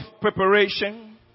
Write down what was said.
preparation